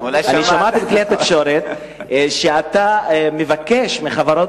שמעתי בכלי התקשורת שאתה מבקש מהחברות